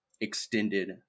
extended